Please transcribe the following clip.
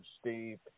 Steve